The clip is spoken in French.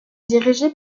dirigé